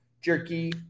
Jerky